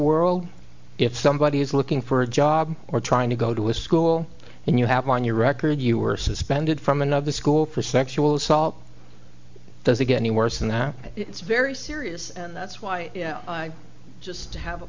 world if somebody is looking for a job or trying to go to a school and you have on your record you were suspended from another school for sexual assault there's again the worse than that it's very serious and that's why you know i just have a